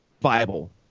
Bible